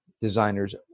designers